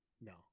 No